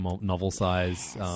novel-size